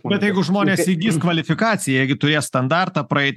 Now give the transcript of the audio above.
bet jeigu žmonės įgys kvalifikaciją jie gi turės standartą praeit